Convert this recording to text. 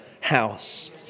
house